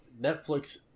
netflix